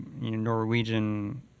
Norwegian